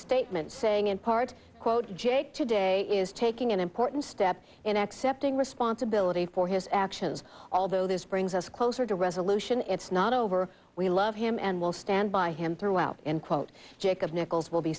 statement saying in part quote jake today is taking an important step in accepting responsibility for his actions although this brings us closer to resolution it's not over we love him and will stand by him throughout end quote jacob nichols will be